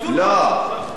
ביטול המועצות.